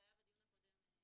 זה היה בדיון הקודם.